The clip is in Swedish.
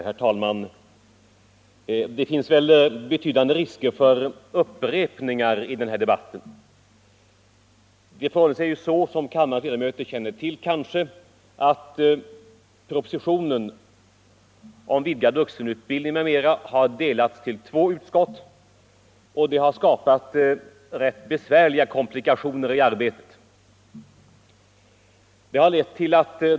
Herr talman! Det finns betydande risker för upprepningar i den här debatten. Som kammarens ledamöter kanske känner till har propositionen om vidgad vuxenutbildning m.m. delats på två utskott, vilket har skapat rätt besvärliga komplikationer i arbetet.